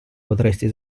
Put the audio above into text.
potresti